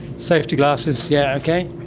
safety glasses, yeah okay.